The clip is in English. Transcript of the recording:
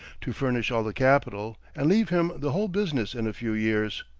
to furnish all the capital, and leave him the whole business in a few years.